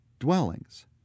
dwellings